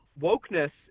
Wokeness